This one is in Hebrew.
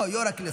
לא, יו"ר הכנסת.